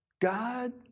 God